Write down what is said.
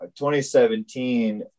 2017